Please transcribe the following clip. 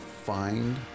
find